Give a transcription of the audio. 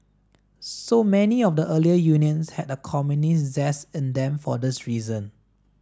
so many of the earlier unions had a communist zest in them for this reason